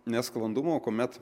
nesklandumų kuomet